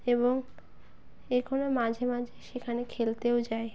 এবং এখনও মাঝে মাঝে সেখানে খেলতেও যাই